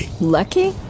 Lucky